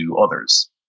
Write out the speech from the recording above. others